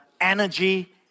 energy